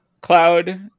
cloud